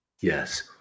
Yes